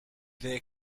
their